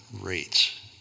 rates